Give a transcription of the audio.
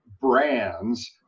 brands